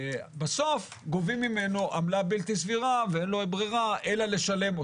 ובסוף גובים ממנו עמלה בלתי סבירה ואין לו ברירה אלא לשלם אותה.